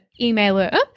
emailer